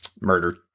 murder